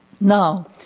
Now